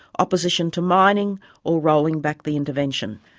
opposition to mining or rolling back the intervention.